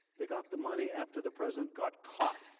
they got the money after the president got caught.